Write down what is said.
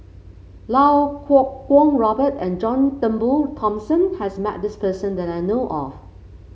Iau Kuo Kwong Robert and John Turnbull Thomson has met this person that I know of